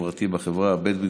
החוקה?